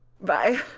bye